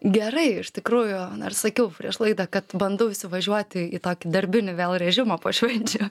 gerai iš tikrųjų dar sakiau prieš laidą kad bandau įsivažiuoti į tokį darbinį režimą po švenčių